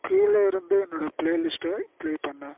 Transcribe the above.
கீழே இருந்து என்னோடய பிளேலிஸ்ட்டை பிளே பண்ணு